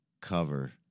cover